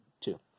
Two